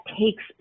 takes